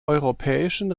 europäischen